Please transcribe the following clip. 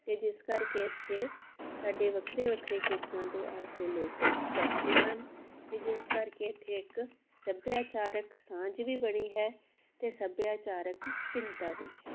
ਅਤੇ ਜਿਸ ਕਰਕੇ ਇਥੇ ਸਾਡੇ ਵੱਖਰੇ ਵੱਖਰੇ ਖੇਤਰਾਂ ਤੋਂ ਆਏ ਹੋਏ ਲੋਕ ਵੱਸਦੇ ਹਨ ਅਤੇ ਜਿਸ ਕਰਕੇ ਇੱਥੇ ਇੱਕ ਸੱਭਿਆਚਾਰਕ ਸਾਂਝ ਵੀ ਬੜੀ ਹੈ ਅਤੇ ਸੱਭਿਆਚਾਰਕ ਭਿੰਨਤਾ ਵੀ ਹੈ